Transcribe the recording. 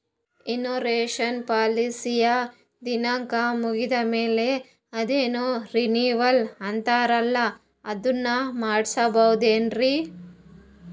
Insurance ಪಾಲಿಸಿಯ ದಿನಾಂಕ ಮುಗಿದ ಮೇಲೆ ಅದೇನೋ ರಿನೀವಲ್ ಅಂತಾರಲ್ಲ ಅದನ್ನು ಮಾಡಿಸಬಹುದೇನ್ರಿ?